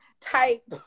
type